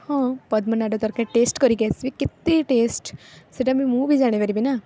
ହଁ ପଦ୍ମନାଡ଼ ତରକାରୀ ଟେଷ୍ଟ କରି ଆସିବି କେତେ ଟେଷ୍ଟ ସେଇଟା ମୁଁ ବି ଜାଣିପାରିବି ନା